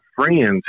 friends